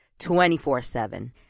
24-7